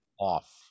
off